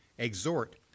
Exhort